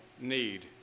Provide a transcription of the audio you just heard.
need